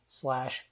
slash